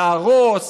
להרוס,